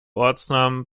ortsnamen